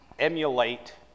emulate